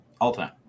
All-time